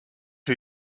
who